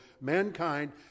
mankind